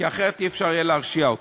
כי אחרת לא יהיה אפשר להרשיע אותו.